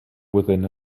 within